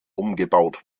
umgebaut